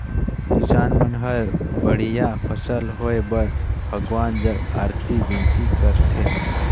किसान मन हर बड़िया फसल होए बर भगवान जग अरती बिनती करथे